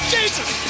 Jesus